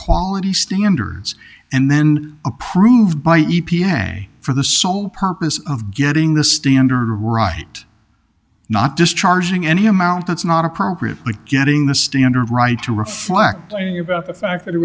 quality standards and then approved by e p a for the sole purpose of getting the standard right not discharging any amount that's not appropriate like getting the standard right to reflect about the fact that it